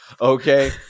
okay